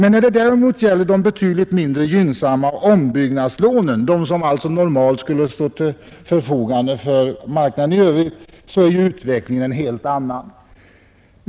När det däremot gäller de betydligt mindre gynnsamma ombyggnadslånen, alltså de lån som normalt står till förfogande för bostadsmarknaden i övrigt, är utvecklingen en helt annan.